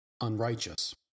unrighteous